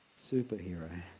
superhero